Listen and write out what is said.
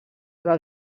del